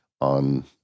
on